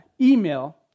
email